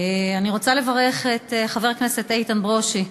אני רוצה לברך את חבר הכנסת איתן ברושי,